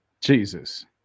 Jesus